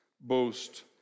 boast